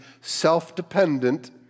self-dependent